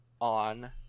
on